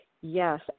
Yes